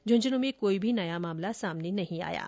झुंझुन् में कोई भी नया मामला सामने नहीं आया है